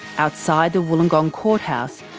outside the wollongong courthouse,